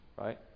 right